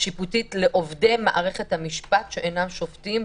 שיפוטית לעובדי מערכת המשפט שאינם שופטים,